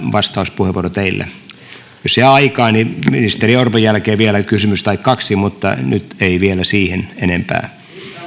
vastauspuheenvuoro jos jää aikaa niin ministeri orpon jälkeen vielä kysymys tai kaksi mutta nyt ei vielä siihen enempää